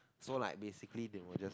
so like basically they will just